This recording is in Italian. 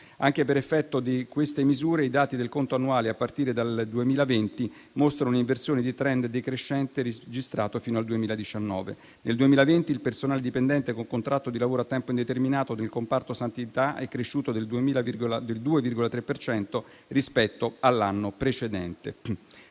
Anche per effetto di queste misure, i dati del conto annuale a partire dal 2020 mostrano un'inversione di *trend* decrescente registrato fino al 2019. Nel 2020 il personale dipendente con contratto di lavoro a tempo indeterminato del comparto sanità è cresciuto del 2,3 per cento rispetto all'anno precedente.